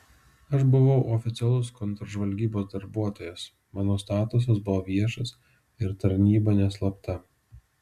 aš buvau oficialus kontržvalgybos darbuotojas mano statusas buvo viešas ir tarnyba neslapta